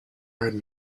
heard